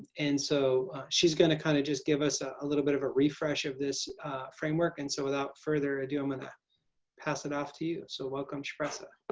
and so she's going to kind of just give us ah a little bit of a refresh of this framework. and so, without further ado i'm gonna pass it off to you. so welcome to but but